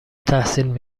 تحصیل